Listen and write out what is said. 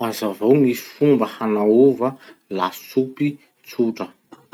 Hazavao ny fomba hanaova lasopy tsotra.